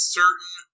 certain